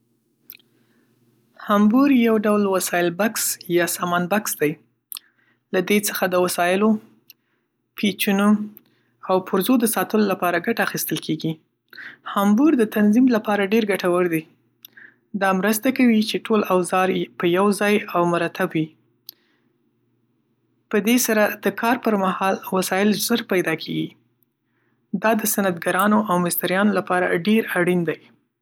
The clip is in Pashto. هامبور یو ډول وسایل بکس یا سامان بکس دی. له دې څخه د وسایلو، پیچونو، او پرزو د ساتلو لپاره ګټه اخیستل کېږي. هامبور د تنظیم لپاره ډېر ګټور دی. دا مرسته کوي چې ټول اوزار په یو ځای او مرتب وي. په دې سره د کار پر مهال وسایل ژر پیدا کېږي. دا د صنعتګرانو او مستریانو لپاره ډېر اړین دی